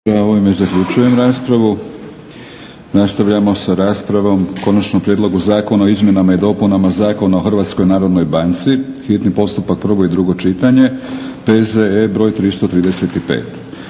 **Batinić, Milorad (HNS)** Nastavljamo sa raspravom - Konačni prijedlog Zakona o izmjenama i dopunama Zakona o Hrvatskoj narodnoj banci, hitni postupak, prvo i drugo čitanje, P.Z.E. br. 335;